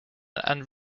and